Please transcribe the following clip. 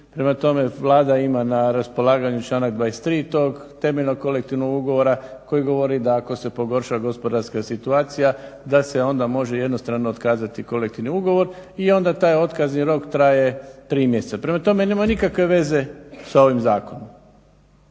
Prema tome, Vlada ima na raspolaganju članak 23. tog temeljnog kolektivnog ugovora koji govori da ako se pogorša gospodarska situacija da se može onda jednostrano otkazati kolektivni ugovor i onda taj otkazni rok traje tri mjeseca. Prema tome, nema nikakve veze sa ovim zakonom.